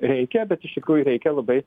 reikia bet iš tikrųjų reikia labai